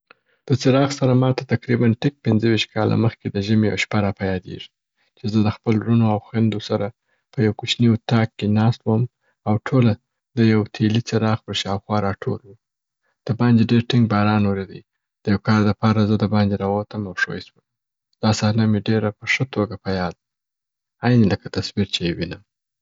د څراغ سره ماته تقریباً ټیک پنځه ویشت کاله مخکي د ژمي یو شپه را په یادیږي، چې زه د خپل ورونو او خویندو سره په یو کوچني اوطاق کې ناست وم او ټوله د یو د تیلي څراغ پر شاوخوا را ټول وو. د باندي ډېر ټینګ باران اوریدی، د یو کار د پاره زه دباندي را ووتم او ښوی سوم. دا صحنه مي ډېر په ښه توګه په یاد ده. عیني لکه تصویر چې یې وینم.